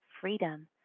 freedom